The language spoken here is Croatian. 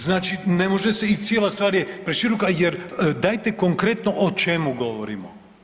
Znači ne može se i cijela stvar je preširoka jer dajte konkretno o čemu govorimo.